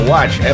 Watch